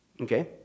Okay